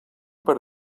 per